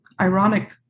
ironic